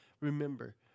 Remember